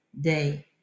day